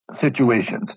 situations